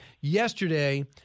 Yesterday